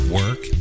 work